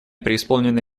преисполнена